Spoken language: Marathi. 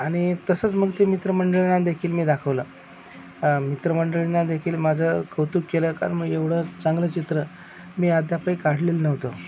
आणि तसंच मग ते मित्रमंडळींना देखील मी दाखवलं मित्रमंडळींनी देखील माझं कौतुक केलं कारण मी एवढं चांगलं चित्र मी अद्यापही काढलेलं नव्हतं